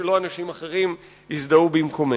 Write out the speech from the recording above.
ולא שאנשים אחרים יזדהו במקומנו.